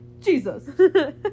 Jesus